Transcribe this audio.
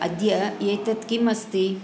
अद्य एतत् किम् अस्ति